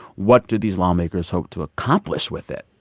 what do these lawmakers hope to accomplish with it?